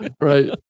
Right